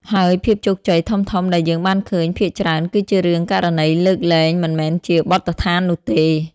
ហើយភាពជោគជ័យធំៗដែលយើងបានឃើញភាគច្រើនគឺជារឿង ករណីលើកលែងមិនមែនជាបទដ្ឋាននោះទេ។